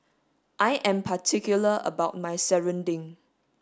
I am particular about my serunding